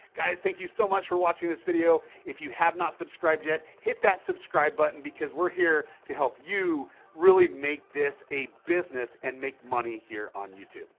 guys, thank you so much for watching this video. if you have not subscribed yet, hit that subscribe button, because we're here to help you really make this a business and make money here on youtube.